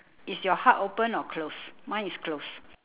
is your hut open or closed mine is closed